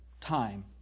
Time